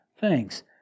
thanks